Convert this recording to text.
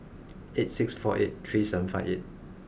eight six four eight three seven five eight